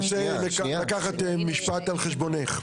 אני רוצה לקחת משפט על חשבונך.